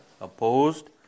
Opposed